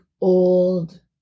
old